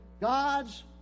God's